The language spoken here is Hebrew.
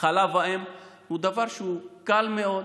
חלב האם, הוא הוא דבר שהוא קל מאוד.